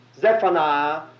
Zephaniah